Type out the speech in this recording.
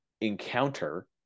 encounter